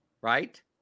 right